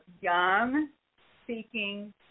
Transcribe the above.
young-seeking